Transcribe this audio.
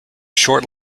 short